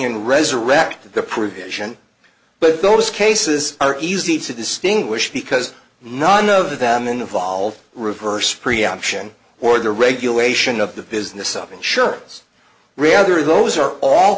and resurrect the provision but those cases are easy to distinguish because none of them involve reverse preemption or the regulation of the business of insurers really are those are all